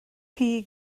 chi